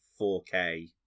4K